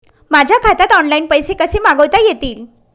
माझ्या खात्यात ऑनलाइन पैसे कसे मागवता येतील?